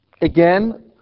Again